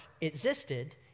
existed